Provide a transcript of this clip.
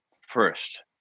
first